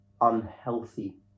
unhealthy